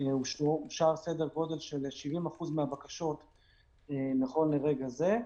אושר סדר גודל של 70% מהבקשות נכון לרגע זה.